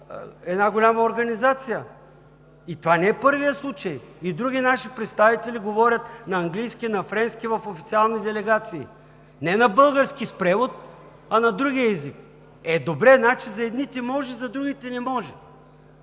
една голяма организация и това не е първият случай. И други наши представители говорят на английски, на френски в официални делегации – не на български с превод, а на другия език. Е добре, значи за едните може, за другите – не може?!